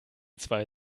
zwei